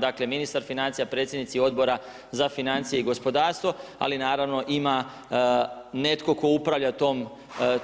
Dakle, ministar financija, predsjednici odbora za financije i gospodarstvo ali naravno ima netko tko upravlja